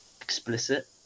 explicit